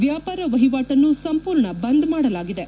ವ್ಯಾಪಾರ ವಹಿವಾಟವನ್ನು ಸಂಪೂರ್ಣ ಬಂದ್ ಮಾಡಲಾಗಿದೆ